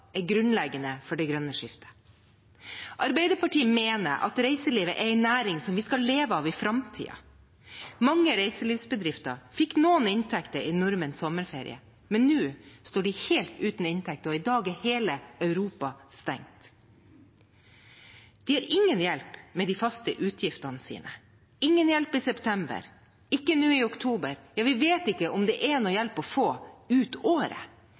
er grunnleggende for det grønne skiftet. Arbeiderpartiet mener at reiselivet er en næring som vi skal leve av i framtiden. Mange reiselivsbedrifter fikk noen inntekter i nordmenns sommerferie, men nå står de helt uten inntekt, og i dag er hele Europa stengt. De har ingen hjelp med de faste utgiftene sine, ingen hjelp i september, ikke nå i oktober – ja, vi vet ikke om det er noe hjelp å få ut året.